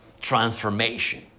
transformation